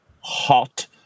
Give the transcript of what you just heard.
hot